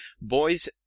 Boys